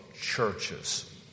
churches